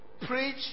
preach